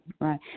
right